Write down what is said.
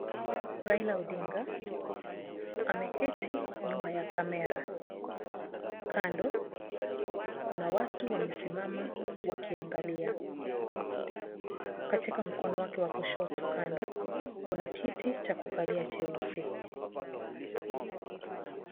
Raila Odinga ameketi mbele ya kamera kando kuna watu ambao wamesimama wakiangalia katika mkono wake wa kushoto kando kuna kiti cha kukalia cheusi .